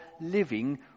living